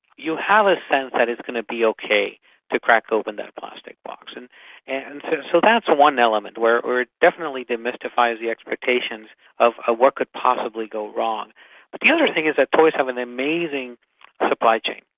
you have a sense that it's going to be okay to crack open that plastic box. and and so that's one element where it definitely demystifies the expectations of ah what could possibly go wrong. but the other thing is that toys have an amazing supply chain.